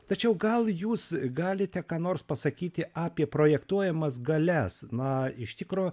tačiau gal jūs galite ką nors pasakyti apie projektuojamas galias na iš tikro